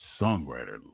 songwriter